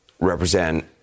represent